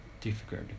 difficult